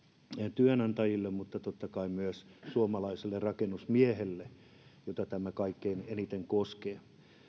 työnantajille mutta totta kai myös suomalaiselle rakennusmiehelle jota tämä kaikkein eniten koskee